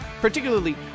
particularly